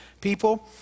people